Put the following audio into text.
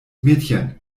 mädchen